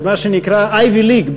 במה שנקרא Ivy League,